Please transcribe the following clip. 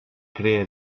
crea